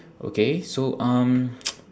okay so um